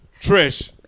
Trish